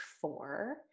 four